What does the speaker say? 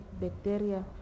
bacteria